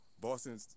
Boston